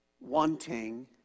wanting